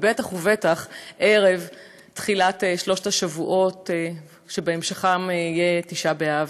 ובטח ובטח ערב תחילת שלושת השבועות שבהמשכם יהיה תשעה באב.